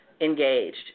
engaged